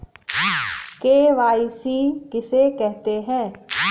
KYC किसे कहते हैं?